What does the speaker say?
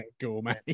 gourmet